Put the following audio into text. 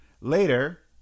Later